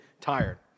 tired